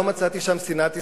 לא מצאתי שם שנאת ישראל.